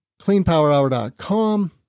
CleanPowerHour.com